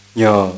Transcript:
nhờ